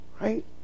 Right